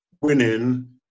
winning